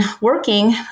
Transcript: working